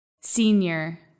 senior